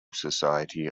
society